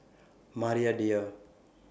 Maria Dyer